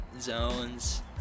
zones